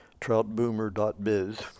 troutboomer.biz